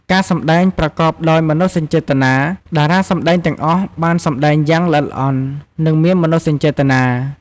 ការសម្ដែងប្រកបដោយមនោសញ្ចេតនា: តារាសម្តែងទាំងអស់បានសម្តែងយ៉ាងល្អិតល្អន់ និងមានមនោសញ្ចេតនា។